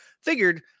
Figured